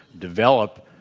develop